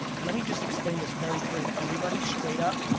let me just explain this very clearly to everybody straight up,